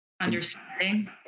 understanding